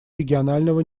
регионального